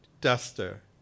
duster